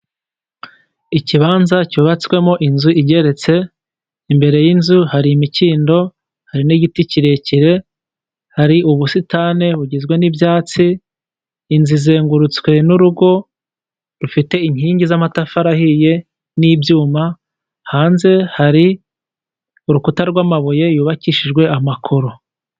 Ikibanza cyubatswemo inzu igeretse imbere y'inzu hari imikindo, hari n'igiti kirekire, hari ubusitani bugizwe n'ibyatsi inzu izengurutswe n'urugo rufite inkingi z'amatafari ahiye n'ibyuma. Hanze hari urukuta rw'amabuye yubakishijwe amakoro.